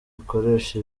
ikoresha